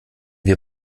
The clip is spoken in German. wir